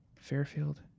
fairfield